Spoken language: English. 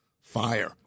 fire